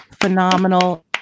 phenomenal